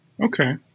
Okay